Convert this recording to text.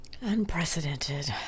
Unprecedented